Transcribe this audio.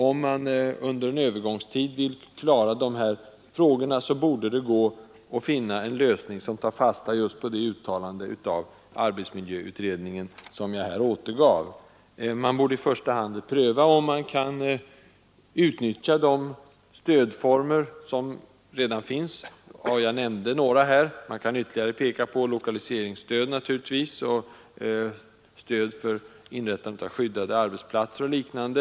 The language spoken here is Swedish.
Om man vill klara dessa frågor under en övergångstid borde det gå att finna en lösning som tar fasta just på det uttalande av arbetsmiljöutredningen som jag här har återgivit. Man borde i första hand pröva om de stödformer som redan finns kan utnyttjas. Jag har nämnt några, men man kan ytterligare peka på lokaliseringsstöd och stöd för inrättande av skyddade arbetsplatser och liknande.